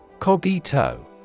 Cogito